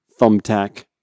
thumbtack